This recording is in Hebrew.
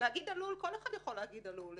להגיד "עלול", כל אחד יכול להגיד עלול.